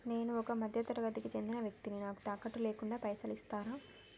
నేను ఒక మధ్య తరగతి కి చెందిన వ్యక్తిని నాకు తాకట్టు లేకుండా పైసలు ఇస్తరా?